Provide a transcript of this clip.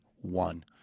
one